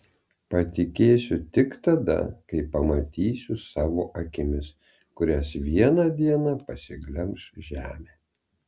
patikėsiu tik tada kai pamatysiu savo akimis kurias vieną dieną pasiglemš žemė